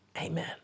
Amen